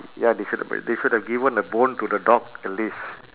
ya they should ha~ they should have given a bone to the dog at least